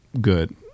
good